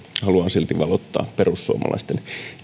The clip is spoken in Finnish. haluan silti valottaa perussuomalaisten